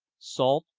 salt,